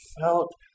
felt